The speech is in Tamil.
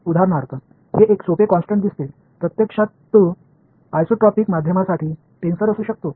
உதாரணமாக இது ஒரு எளிய மாறிலி என்று தெரிகிறது உண்மையில் இது ஒரு ஐசோட்ரோபிக் மீடியாவிற்கான டென்சராக இருக்கலாம்